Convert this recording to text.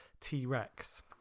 T-Rex